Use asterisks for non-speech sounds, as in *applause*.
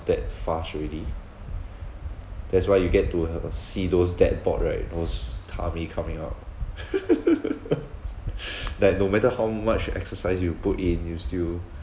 that fast already that's why you get to have a see those dad bod right there was tummy coming out *laughs* that no matter how much exercise you put in you still